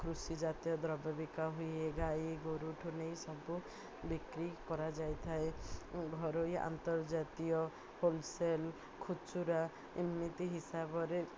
କୃଷି ଜାତୀୟ ଦ୍ରବ୍ୟ ବିକା ହୁଏ ଗାଈ ଗୋରୁଠୁ ନେଇେଇ ସବୁ ବିକ୍ରି କରାଯାଇଥାଏ ଘରୋଇ ଆନ୍ତର୍ଜାତୀୟ ହୋଲସେଲ୍ ଖୁଚୁରା ଏମିତି ହିସାବରେ